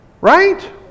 Right